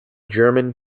german